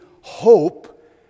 hope